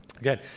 Again